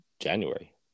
January